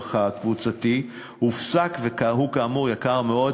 הקבוצתי שהופסק הוא כאמור יקר מאוד.